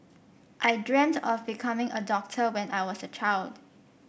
I dreamt of becoming a doctor when I was a child